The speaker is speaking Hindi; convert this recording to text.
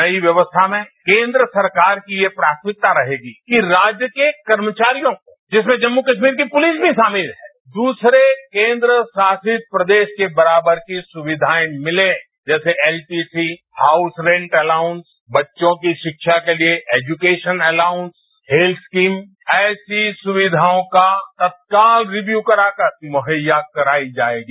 नई व्यवस्थामें केंद्र सरकार की यह प्राथमिकता रहेगी कि राज्य के कर्मचारियों को जिसमें जम्म कश्मीरकी पुलिस भी शामिल है द्रसरे केन्द्र शासित प्रदेश के बराबर की सुविधाएं मिलें जैसेएलटीसी हाउस रेंट अलाउंस बच्चों की शिक्षा के लिए एजुकेशन अलाउंस हेल्थ स्कीमऐसी सुविधाओं का तत्काल रियु कराकर मुहैया कराई जाएगी